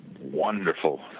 wonderful